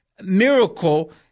miracle